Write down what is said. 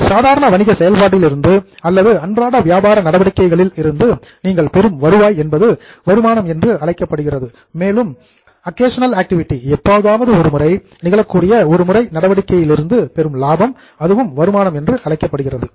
ஒரு சாதாரண வணிக செயல்பாட்டிலிருந்து அல்லது அன்றாட வியாபார நடவடிக்கைகளில் இருந்து நீங்கள் பெறும் வருவாய் என்பது வருமானம் என்று அழைக்கப்படுகிறது மேலும் அக்கேஷனல் ஆக்டிவிட்டி எப்போதாவது ஒருமுறை நிகழக்கூடிய ஒரு முறை நடவடிக்கையிலிருந்து பெறும் லாபம் அதுவும் வருமானம் என்று அழைக்கப்படுகிறது